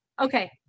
Okay